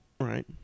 right